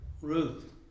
Ruth